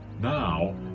Now